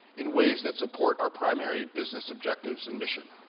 in ways that support our primary business objectives and mission.